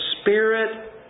Spirit